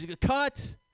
Cut